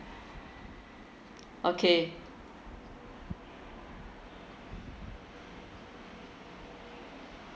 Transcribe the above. okay